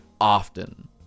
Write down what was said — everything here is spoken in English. often